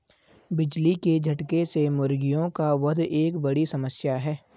बिजली के झटके से मुर्गियों का वध एक बड़ी समस्या है